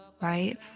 right